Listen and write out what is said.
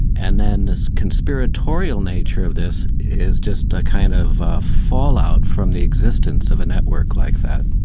and then this conspiratorial nature of this is just a kind of fallout from the existence of a network like that.